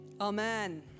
Amen